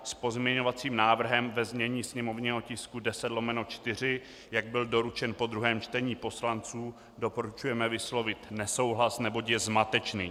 S pozměňovacím návrhem ve znění sněmovního tisku 10/4, jak byl doručen po druhém čtení poslancům, doporučujeme vyslovit nesouhlas, neboť je zmatečný.